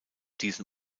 diesem